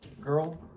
girl